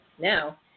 Now